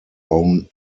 own